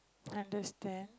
understand